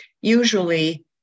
usually